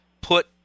put